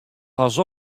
pas